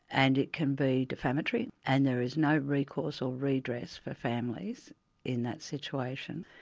and it can be defamatory, and there is no recourse or redress for families in that situation.